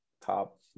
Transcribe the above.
top